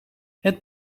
het